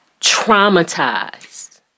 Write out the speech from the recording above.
traumatized